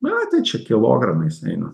na tai čia kilogramais eina